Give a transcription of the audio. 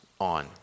on